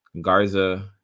Garza